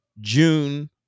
June